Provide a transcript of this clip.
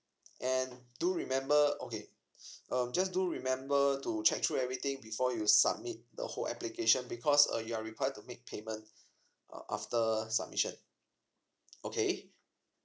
and do remember okay um just do remember to check through everything before you submit the whole application because uh you are required to make payment uh after submission okay